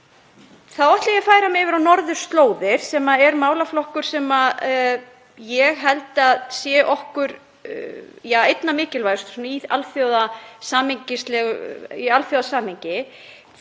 Þá ætla ég að færa mig yfir á norðurslóðir sem eru málaflokkur sem ég held að sé okkur einna mikilvægastur í alþjóðasamhengi.